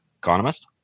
Economist